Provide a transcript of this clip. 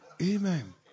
Amen